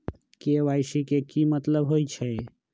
KYC के कि मतलब होइछइ?